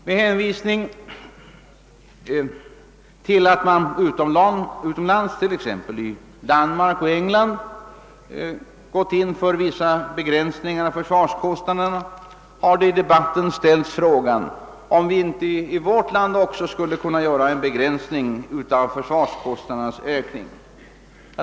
Med hänvisning till att man utom lands — t.ex. i Danmark och England — gått in för vissa begränsningar av försvarskostnaderna har i debatten ställts frågan, huruvida vi inte även i vårt land skulle kunna göra en begränsning av försvarskostnadernas ökning.